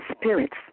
spirits